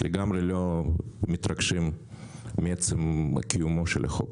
לגמרי לא מתרגשים מעצם קיומו של החוק